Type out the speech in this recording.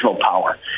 power